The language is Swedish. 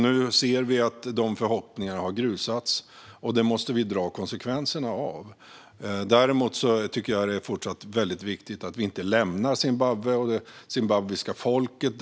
Nu ser vi att de förhoppningarna har grusats, och det måste vi ta konsekvenserna av. Däremot tycker jag att det är viktigt att vi inte lämnar Zimbabwe och det zimbabwiska folket.